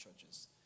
churches